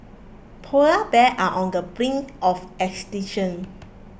polar bear are on the brink of extinction